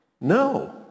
No